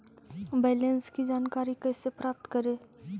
Balance की जानकारी कैसे प्राप्त करे?